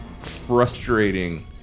frustrating